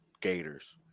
Gators